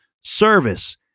service